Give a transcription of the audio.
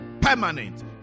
permanent